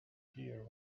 hear